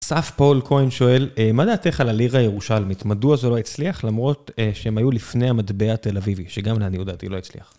אסף פול כהן שואל, מה דעתך על הלירה הירושלמית, מדוע זו לא הצליח למרות שהם היו לפני המטבע התל אביבי, שגם, לעניות דעתי, לא הצליח.